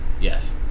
Yes